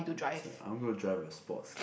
so I'm gonna drive a sports